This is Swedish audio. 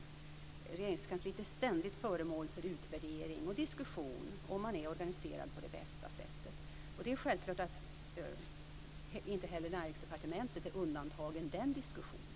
Regeringskansliet är ständigt föremål för utvärdering och diskussion om huruvida det är organiserat på det bästa sättet. Det är självklart att inte heller Näringsdepartementet är undantaget den diskussionen.